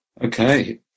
Okay